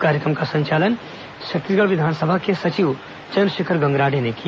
कार्यक्रम का संचालन छत्तीसगढ़ विधानसभा के सचिव चन्द्रशेखर गंगराड़े ने किया